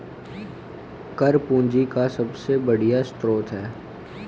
कर पूंजी का सबसे बढ़िया स्रोत होता है